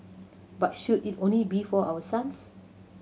but should it only be for our sons